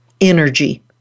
energy